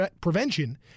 prevention